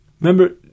remember